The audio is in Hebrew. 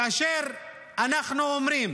כאשר אנחנו אומרים